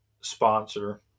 sponsor